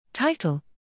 Title